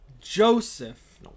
Joseph